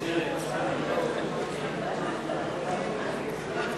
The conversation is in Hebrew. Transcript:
הצבענו על הסתייגות מס' 68 לסעיף 28 של קבוצת העבודה וקבוצת קדימה.